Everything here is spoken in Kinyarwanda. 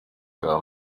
bwa